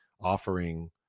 offering